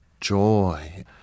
joy